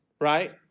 right